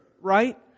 right